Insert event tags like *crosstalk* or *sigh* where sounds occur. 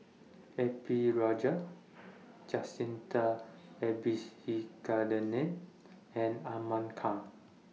A P Rajah Jacintha *unintelligible* and Ahmad Khan *noise*